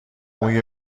موی